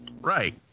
right